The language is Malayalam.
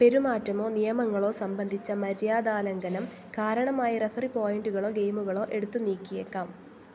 പെരുമാറ്റമോ നിയമങ്ങളോ സംബന്ധിച്ച മര്യാദാലംഘനം കാരണമായി റഫറി പോയിൻ്റുകളോ ഗെയിമുകളോ എടുത്തുനീക്കിയേക്കാം